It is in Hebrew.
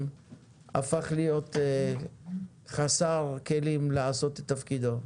הפך להיות חסר כלים לעשות את תפקידו?